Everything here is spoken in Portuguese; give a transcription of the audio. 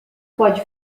pode